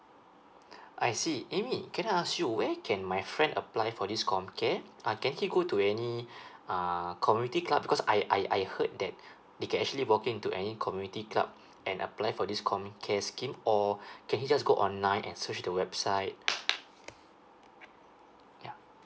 I see amy can I ask you where can my friend apply for this comcare ah can he go to any uh community club because I I I heard that they can actually working to any community club and apply for this comcare scheme or can he just go online and search the website yeah